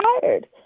tired